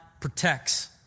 protects